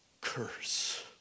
curse